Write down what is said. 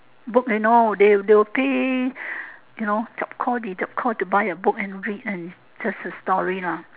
book you know they they will pay you know tsap kor ji tsap kor to buy a book and read and just a story lah